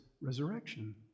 resurrection